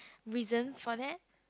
reason for that